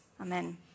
Amen